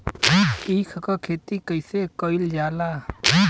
ईख क खेती कइसे कइल जाला?